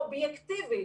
אובייקטיבית,